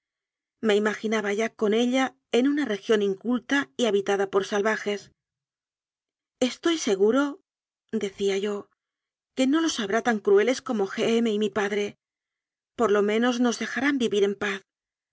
me imaginaba ya con ella en una re gión inculta y habitada por salvajes estoy se guro'decía yoque no los habrá tan crueles como g m y mi padre por lo menos nos dejarán vivir en paz